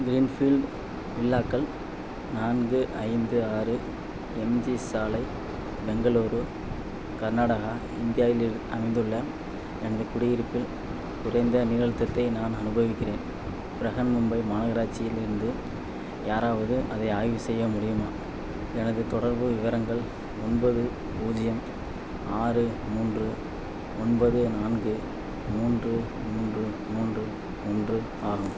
Greenfield வில்லாக்கள் நான்கு ஐந்து ஆறு எம் ஜி சாலை பெங்களூரு கர்நாடகா இந்தியாவில் இரு அமைந்துள்ள எனது குடியிருப்பில் குறைந்த நீர் அழுத்தத்தை நான் அனுபவிக்கிறேன் பிரஹன்மும்பை மாநகராட்சி இலிருந்து யாராவது அதை ஆய்வு செய்ய முடியுமா எனது தொடர்பு விவரங்கள் ஒன்பது பூஜ்ஜியம் ஆறு மூன்று ஒன்பது நான்கு மூன்று மூன்று மூன்று ஒன்று ஆகும்